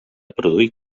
produir